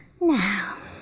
Now